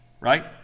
right